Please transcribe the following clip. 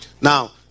Now